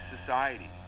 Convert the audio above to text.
society